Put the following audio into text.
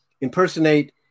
impersonate